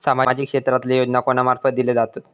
सामाजिक क्षेत्रांतले योजना कोणा मार्फत दिले जातत?